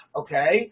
okay